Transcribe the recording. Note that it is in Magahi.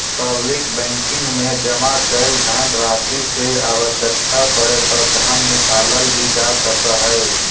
पब्लिक बैंकिंग में जमा कैल धनराशि से आवश्यकता पड़े पर धन निकालल भी जा सकऽ हइ